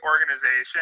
organization